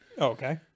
Okay